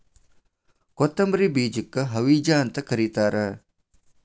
ಕೊತ್ತಂಬ್ರಿ ಬೇಜಕ್ಕ ಹವಿಜಾ ಅಂತ ಕರಿತಾರ